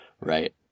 right